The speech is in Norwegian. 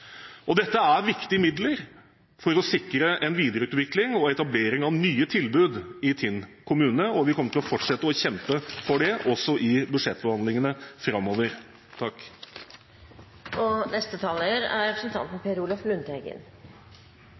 Dette er viktige midler for å sikre videreutvikling og etablering av nye tilbud i Tinn kommune, og vi kommer til å fortsette å kjempe for det også i budsjettforhandlingene framover. Historien om Rjukan sykehus blir sterkere og sterkere. Det er